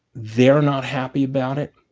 they're not happy about it.